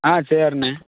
ஆ சரிண்ணே